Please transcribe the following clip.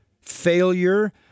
failure